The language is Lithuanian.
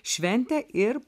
šventę ir